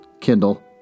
Kindle